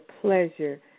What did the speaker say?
pleasure